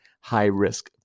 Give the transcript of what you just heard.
high-risk